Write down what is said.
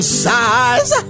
sighs